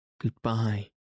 Goodbye